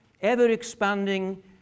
ever-expanding